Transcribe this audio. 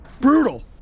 Brutal